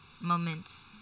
Moments